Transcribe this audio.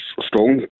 strong